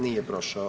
Nije prošao.